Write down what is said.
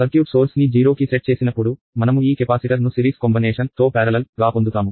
circuit source ని 0 కి set చేసినప్పుడు మనము ఈ కెపాసిటర్ను సిరీస్ కలయిక తో సమాంతరంగా పొందుతాము